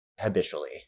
habitually